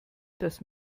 das